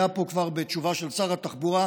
היה פה כבר בתשובה של שר התחבורה.